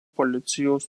policijos